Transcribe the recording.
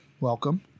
Welcome